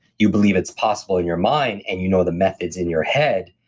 you believe it's possible in your mind and you know the methods in your head,